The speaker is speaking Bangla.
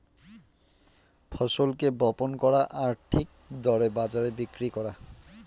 ফসলকে বপন করা আর ঠিক দরে বাজারে বিক্রি করা